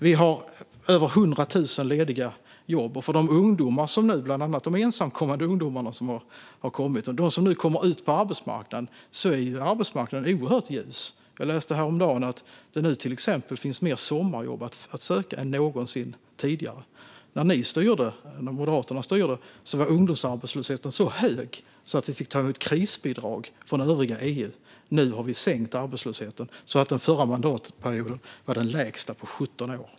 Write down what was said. Vi har över 100 000 lediga jobb, och för de ungdomar som nu kommer ut på arbetsmarknaden - bland andra de ensamkommande - är arbetsmarknaden oerhört ljus. Jag läste till exempel häromdagen att det nu finns fler sommarjobb att söka än någonsin tidigare. När Moderaterna styrde var ungdomsarbetslösheten så hög att vi fick ta emot krisbidrag från övriga EU. Nu har vi sänkt arbetslösheten så att den under förra mandatperioden var den lägsta på 17 år.